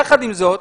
יחד עם זאת,